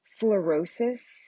Fluorosis